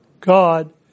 God